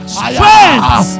strength